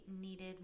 needed